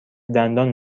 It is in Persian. دندان